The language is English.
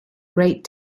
great